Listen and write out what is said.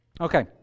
Okay